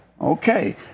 Okay